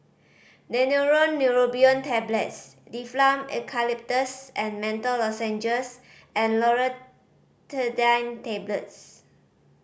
Daneuron Neurobion Tablets Difflam Eucalyptus and Menthol Lozenges and Loratadine Tablets